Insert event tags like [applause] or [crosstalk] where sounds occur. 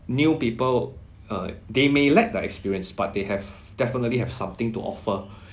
new people uh they may lack the experience part but have definitely have something to offer [breath]